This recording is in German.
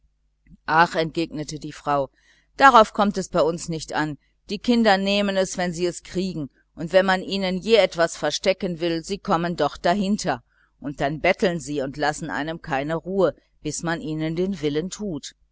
ach entgegnete die frau darauf kommt es bei uns nicht so an die kinder nehmen es wenn sie's kriegen und wenn man ihnen ja etwas verstecken will sie kommen doch dahinter und dann betteln sie und lassen einem keine ruhe bis man ihnen den willen tut